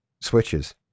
switches